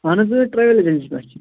اَہَن حظ ٲدۍ ترٛایو مےٚ